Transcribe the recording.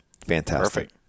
Fantastic